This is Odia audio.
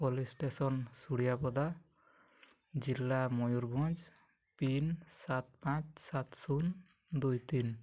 ପୋଲିସ୍ ଷ୍ଟେସନ ସୋଡ଼ିଆପଦା ଜିଲ୍ଲା ମୟୂରଭଞ୍ଜ ପିନ୍ ସାତ ପାଞ୍ଚ ସାତ ଶୂନ ଦୁଇ ତିନି